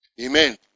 Amen